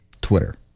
Twitter